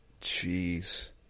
Jeez